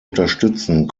unterstützen